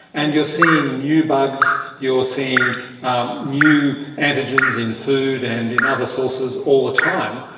and you're seeing new bugs, you're seeing new antigens in food and in other sources all the time.